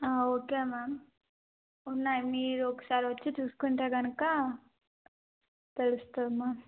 okay ma'am ఉన్నాయి మీరు ఒకసారి వచ్చి చూసుకుంటే కనుక తెలుస్తుంది అమ్మ